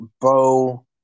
Bow